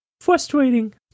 Frustrating